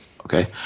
okay